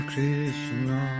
Krishna